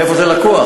מאיפה זה לקוח?